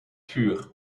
vuur